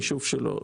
היישוב שלו.